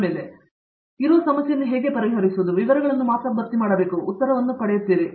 ನಿಮಗೆ ಇರುವ ಸಮಸ್ಯೆಯನ್ನು ಹೇಗೆ ಪರಿಹರಿಸುವುದು ವಿವರಗಳನ್ನು ಮಾತ್ರ ಭರ್ತಿ ಮಾಡಬೇಕು ನೀವು ಉತ್ತರವನ್ನು ಪಡೆಯುತ್ತೀರಿ